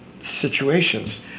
situations